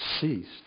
ceased